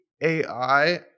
AI